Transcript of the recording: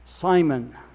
Simon